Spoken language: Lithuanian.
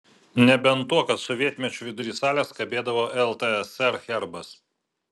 nebent tuo kad sovietmečiu vidury salės kabėdavo ltsr herbas